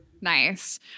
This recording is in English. Nice